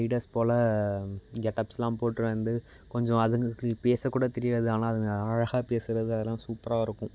leaders போல் கெட்டப்லாம் போட்டு வந்து கொஞ்சம் அதுங்களுக்கு பேச கூட தெரியாது ஆனால் அதுங்க அழகாக பேசுவது அதெல்லாம் சூப்பராயிருக்கும்